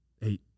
hey